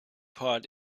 part